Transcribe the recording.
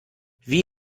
wie